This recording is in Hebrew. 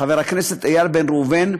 חבר הכנסת איל בן ראובן,